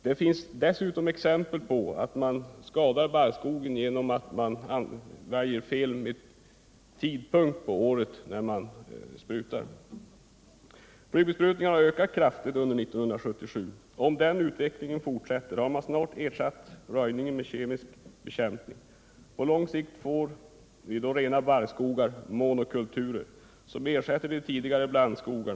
Det finns dessutom exempel på att man skadar barrskogen genom att välja fel tidpunkt på året för besprutning. Flygbesprutningarna har ökat kraftigt under 1977. Om den utvecklingen fortsätter har man snart ersatt röjning med kemisk bekämpning. På lång sikt får vi då rena barrskogar, monokulturer, som ersätter de tidigare blandskogarna.